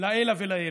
לעילא ולעילא.